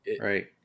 Right